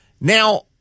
Now